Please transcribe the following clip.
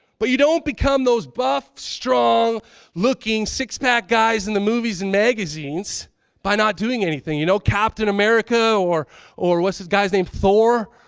but you don't become those buff, strong looking, six-pack guys in the movies and magazines by not doing anything. you know, captain america or or what's this guy's name, thor,